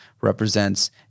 represents